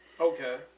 Okay